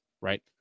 right